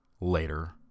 later